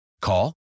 Call